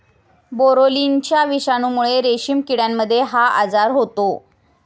बोरोलिनाच्या विषाणूमुळे रेशीम किड्यांमध्ये हा आजार होतो